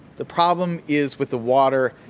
the problem is with the water.